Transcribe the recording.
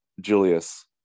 Julius